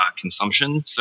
consumption